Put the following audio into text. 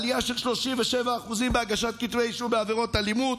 עלייה של 37% בהגשת כתבי אישום בעבירות אלימות,